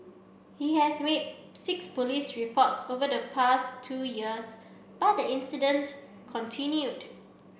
he has made six police reports over the past two years but the incident continued